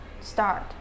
start